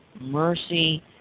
Mercy